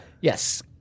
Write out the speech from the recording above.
Yes